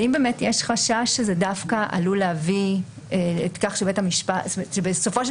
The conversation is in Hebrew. אם באמת יש חשש שזה דווקא עלול להביא לכך שבסופו של